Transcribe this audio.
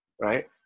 right